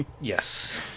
Yes